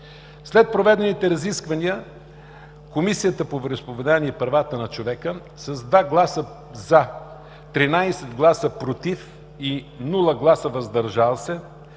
След проведените разисквания Комисията по вероизповеданията и правата на човека с 2 гласа „за”,13 гласа „против” и без „въздържали се”